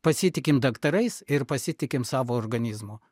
pasitikim daktarais ir pasitikim savo organizmu